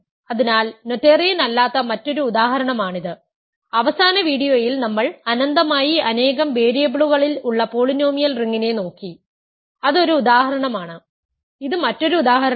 അതിനാൽ നോതേറിയൻ അല്ലാത്ത മറ്റൊരു ഉദാഹരണമാണിത് അവസാന വീഡിയോയിൽ നമ്മൾ അനന്തമായി അനേകം വേരിയബിളുകളിൽ ഉള്ള പോളിനോമിയൽ റിംഗിനെ നോക്കി അത് ഒരു ഉദാഹരണമാണ് ഇത് മറ്റൊരു ഉദാഹരണമാണ്